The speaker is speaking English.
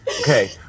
Okay